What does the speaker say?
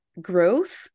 growth